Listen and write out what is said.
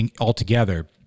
altogether